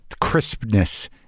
crispness